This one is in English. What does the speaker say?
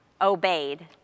obeyed